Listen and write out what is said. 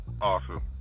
awesome